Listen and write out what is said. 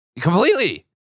completely